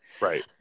Right